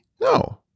No